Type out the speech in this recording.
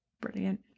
Brilliant